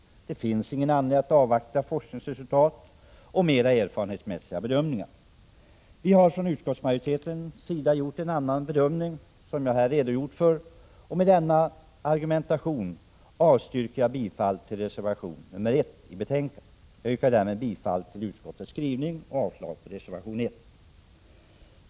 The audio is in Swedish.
Det finns ingen anledning att avvakta forskningsresultaten och mera erfarenhetsmässiga bedömningar. Vi har från utskottsmajoritetens sida gjort en annan bedömning som jag här redogjort för. Med denna argumentation avstyrker jag bifall till reservation 63 nr 1 i detta betänkande. Jag yrkar därmed bifall till utskottets skrivning och avslag på reservation nr 1.